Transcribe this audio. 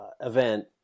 event